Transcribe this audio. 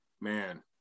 man